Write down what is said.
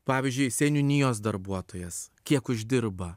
pavyzdžiui seniūnijos darbuotojas kiek uždirba